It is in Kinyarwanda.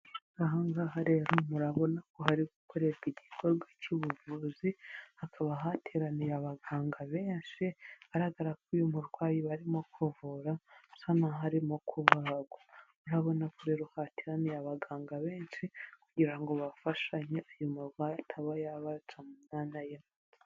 Aha ngaha rero, murabona ko hari gukorerwa igikorwa cy'ubuvuzi, hakaba hateraniye abaganga benshi, bigaragara ko uyu murwayi barimo kuvura asa n'aho arimo kubagwa. Urabona ko rero hateraniye abaganga benshi kugira ngo bafashanye uyu murwayi ataba yabaca mu myanya y'intoki.